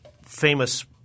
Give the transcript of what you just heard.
famous